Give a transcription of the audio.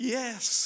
yes